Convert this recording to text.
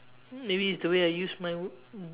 maybe it's the way I use my